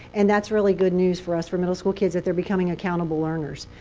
and that's really good news for us, for middle school kids, that they're becoming accountable learners.